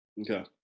Okay